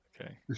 Okay